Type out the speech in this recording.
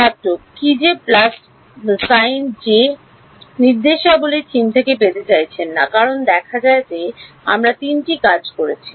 ছাত্র কী যে প্লাস সাইন যে নির্দেশাবলী থিম পেতে চাইছেন না কারণ দেখা যায় যে আমরা তিনটি কাজ করেছি